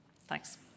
Thanks